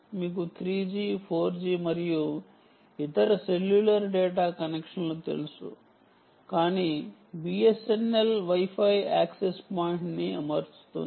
మీకు 3 G 4 G మరియు ఇతర సెల్యులార్ డేటా కనెక్షన్లు తెలుసు కానీ BSNL Wi Fi access point ని అమర్చుతుంది